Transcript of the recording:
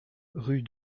rue